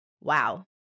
wow